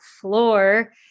floor